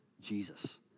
Jesus